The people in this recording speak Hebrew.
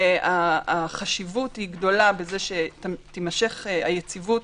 והחשיבות היא גדולה בזה שתימשך היציבות,